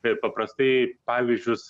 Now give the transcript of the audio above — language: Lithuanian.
t paprastai pavyzdžius